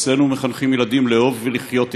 אצלנו מחנכים ילדים לאהוב ולחיות יחד,